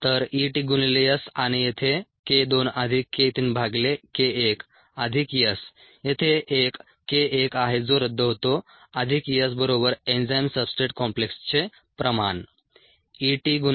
तर E t गुणिले S आणि येथे k 2 अधिक k 3 भागिले k 1 अधिक S येथे एक k 1 आहे जो रद्द होतो अधिक S बरोबर एन्झाईम सब्सट्रेट कॉम्प्लेक्सचे प्रमाण